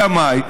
אלא מאי?